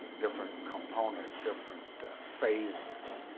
different components, different phases.